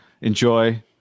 Enjoy